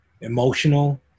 emotional